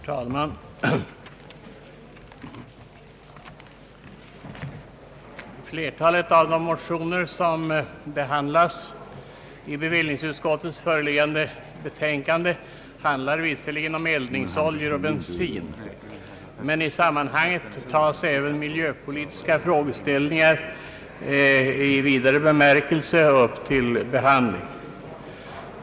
Herr talman! Flertalet av de motioner som behandlas i bevillningsutskottets föreliggande betänkande handlar visserligen om eldningsoljor och bensin, men i sammanhanget tas även miljöpolitiska frågeställningar i vidare bemärkelse upp till behandling.